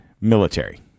military